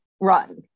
run